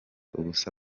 ubusa